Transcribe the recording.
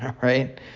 right